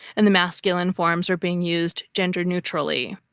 and the masculine forms are being used gender-neutrally.